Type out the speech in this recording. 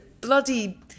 bloody